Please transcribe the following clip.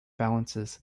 balances